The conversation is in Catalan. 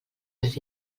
els